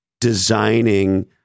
designing